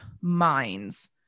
minds